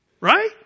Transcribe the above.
Right